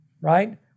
right